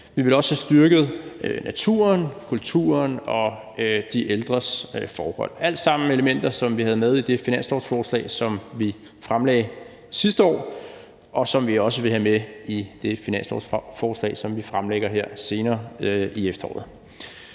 Vi ville også have styrket naturen, kulturen og de ældres forhold. Alt sammen elementer, som vi havde med i det finanslovsforslag, som vi fremlagde sidste år, og som vi også vil have med i det finanslovsforslag, som vi fremlægger her senere i efteråret.